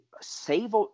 save